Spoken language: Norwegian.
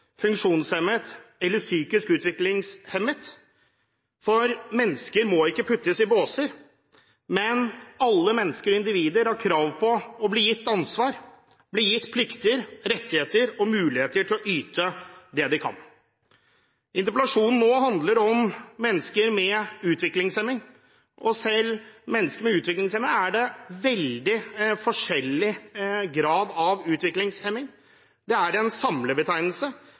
funksjonshemmet eller psykisk utviklingshemmet. Mennesker må ikke puttes i båser, men alle mennesker og individer har krav på å bli gitt ansvar, plikter, rettigheter og muligheter til å yte det de kan. Interpellasjonen handler om mennesker med utviklingshemning, og selv blant mennesker med utviklingshemning er det veldig forskjellig grad av utviklingshemning. Det er en samlebetegnelse,